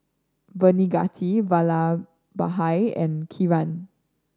Baneganti Vallabhbhai and Kiran